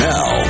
Now